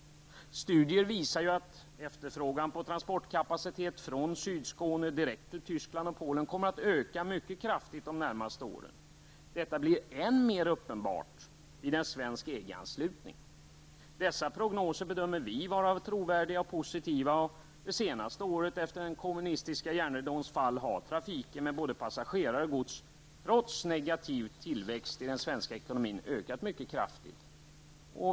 Studier visar att efterfrågan på transportkapacitet från Sydskåne direkt till Tyskland och Polen kommer att öka mycket kraftigt de närmaste åren. Detta blir än mer uppenbart vid en svensk EG-anslutning. Dessa prognoser bedömer vi vara trovärdiga och positiva. Det senaste året, efter den kommunistiska järnridåns fall, har trafiken med både passagerare och gods, trots negativ tillväxt i den svenska ekonomin, ökat mycket kraftigt.